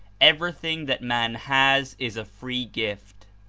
everything that man has is a free gift,